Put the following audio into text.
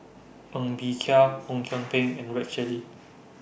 Ng Bee Kia Ong Kian Peng and Rex Shelley